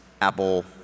Apple